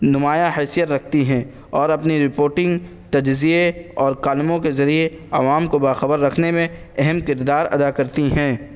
نمایاں حیثیت رکھتی ہیں اور اپنے رپورٹنگ تجزیے اور کالموں کے ذریعے عوام کو باخبر رکھنے میں اہم کردار ادا کرتی ہیں